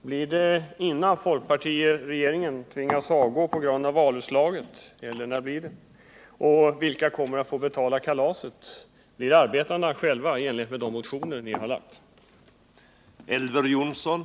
Blir det innan folkpartiregeringen tvingas att avgå på grund av valutslaget eller när blir det? Vilka kommer att få betala kalaset? Det blir väl arbetarna själva i enlighet med de motioner ni har väckt.